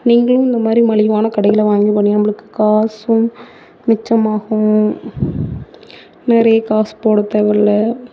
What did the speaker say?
நீங்களும் இந்தமாதிரி மலிவான கடையில் வாங்கினா நம்பளுக்கு காசும் மிச்சமாகும் நிறைய காசு போட தேவை இல்லை